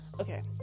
Okay